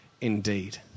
indeed